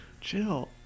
Chill